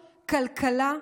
כלכלה,